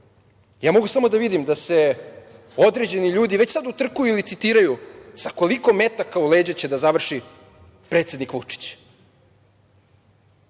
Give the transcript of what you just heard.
ja mogu samo da vidim da se određeni ljudi već sada utrkuju i licitiraju sa koliko metaka u leđa će da završi predsednik Vučić.